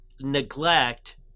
neglect